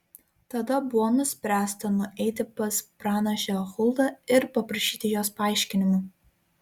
tada buvo nuspręsta nueiti pas pranašę huldą ir paprašyti jos paaiškinimų